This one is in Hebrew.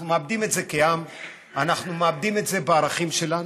אנחנו מאבדים את זה כעם ואנחנו מאבדים את זה בערכים שלנו.